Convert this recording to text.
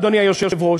אדוני היושב-ראש,